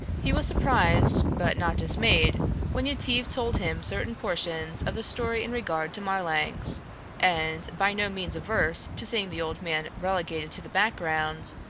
he was surprised but not dismayed when yetive told him certain portions of the story in regard to marlanx and, by no means averse to seeing the old man relegated to the background,